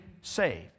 saved